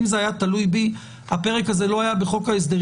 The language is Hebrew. אם זה היה תלוי בי הפרק הזה לא היה בחוק ההסדרים,